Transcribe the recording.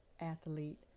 athlete